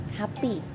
happy